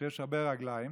יש הרבה רגליים,